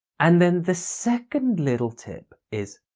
and then the second little tip is